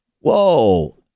Whoa